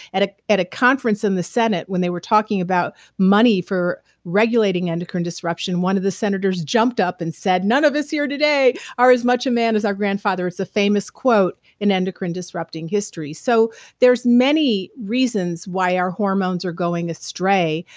at ah at a conference in the senate when they were talking about money for regulating endocrine disruption, one of the senators jumped up and said, none of us here today are as much a man as our grandfather. it's a famous quote in endocrine disrupting history. so there's many reasons why our hormones are going astray,